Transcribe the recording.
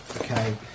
Okay